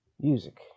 music